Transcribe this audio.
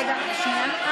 רגע, שנייה.